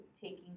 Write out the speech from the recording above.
taking